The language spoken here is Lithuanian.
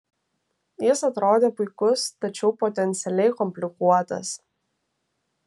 jis atrodė puikus tačiau potencialiai komplikuotas